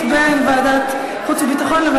ועדת חוץ וביטחון.